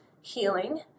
healing